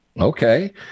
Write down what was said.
Okay